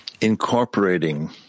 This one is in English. incorporating